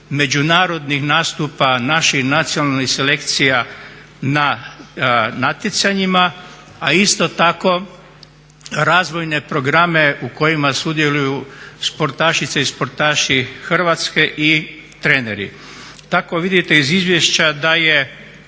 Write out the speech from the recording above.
međunarodnih nastupa naših nacionalnih selekcija na natjecanjima a isto tako razvojne programe u kojima sudjeluju sportašice i sportaši Hrvatske i treneri. Tako vidite iz izvješća da je